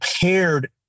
paired